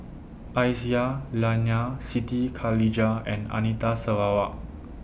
Aisyah Lyana Siti Khalijah and Anita Sarawak